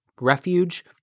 refuge